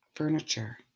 furniture